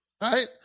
right